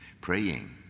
praying